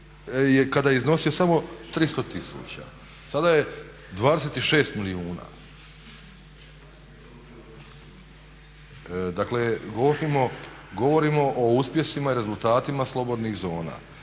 kada je iznosio samo 300 tisuća, sada je 26 milijuna. Dakle, govorimo o uspjesima i rezultatima slobodnih zona.